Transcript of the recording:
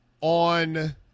on